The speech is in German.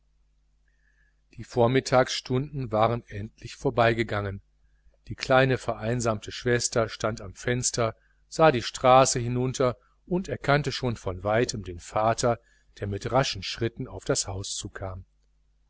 die vormittagsstunden waren endlich vorübergegangen die kleine vereinsamte schwester stand am fenster sah die straße hinunter und erkannte schon von weitem den vater der mit raschen schritten auf das haus zukam